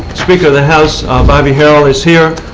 speaker of the house bobby harrell is here.